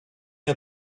nie